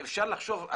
אפשר לחשוב,